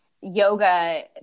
yoga